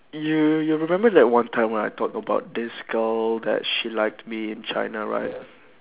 you you remember that one time when I talked about this girl that she liked me in china right